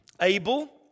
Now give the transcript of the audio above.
Abel